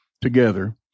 together